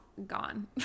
gone